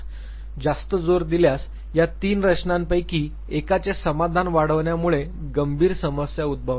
जास्त जोर दिल्यास या तीन रचनांपैकी एकाचे समाधान वाढवण्यामुळे गंभीर समस्या उद्भवणार आहे